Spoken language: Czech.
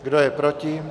Kdo je proti?